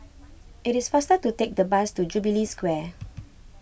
it is faster to take the bus to Jubilee Square